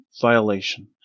violation